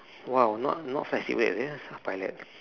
!wow! not not some pilot